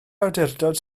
awdurdod